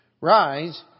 Rise